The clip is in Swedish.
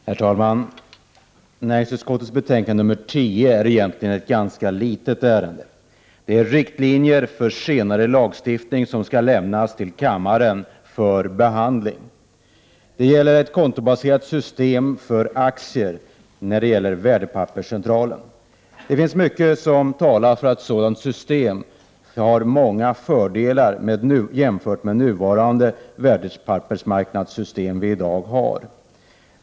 Herr talman! Näringsutskottets betänkande 3 gäller egentligen ett ganska litet ärende med bl.a. riktlinjer för senare lagstiftning om ett kontobaserat system för registrering av aktier vid Värdepapperscentralen som skall behandlas av kammaren. Det finns mycket som talar för ett sådant system. Det har många fördelar jämfört med det nuvarande värdepapperssystemet.